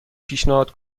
پیشنهاد